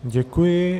Děkuji.